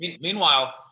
meanwhile